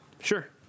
Sure